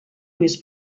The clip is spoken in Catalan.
més